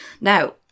Now